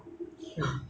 是这样